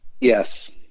Yes